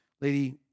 Lady